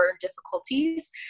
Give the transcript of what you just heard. difficulties